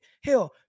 Hell